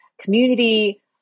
community